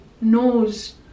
knows